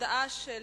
הודעה של